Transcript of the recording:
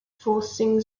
forcing